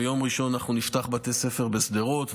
ביום ראשון אנחנו נפתח בתי ספר בשדרות,